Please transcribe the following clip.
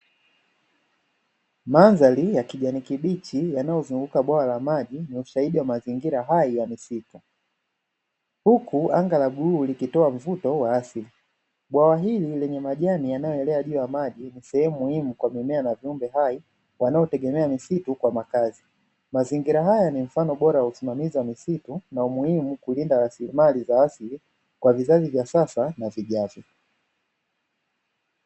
Mandhari ya kijani kibichi yanayozunguka bwawa la maji ni ushahidi wa mazingira hai ya misitu, huku anga la bluu likitoa mvuto wa asili. Bwawa hili lenye majani yanayoelea juu ya maji sehemu muhimu kwa mimea na viumbe hai wanaotegemea misitu kwa makazi. Mazingira haya ni mfano bora wa usimamizi wa misitu na umuhimu kulinda rasilimali za asili kwa vizazi vya sasa na vijavyo.